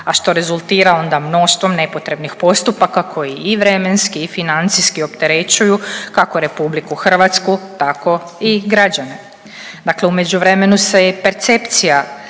a što rezultira onda mnoštvom nepotrebnih postupaka koji i vremenski i financijski opterećuju kako RH tako i građane. Dakle u međuvremenu se je percepcija